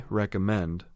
recommend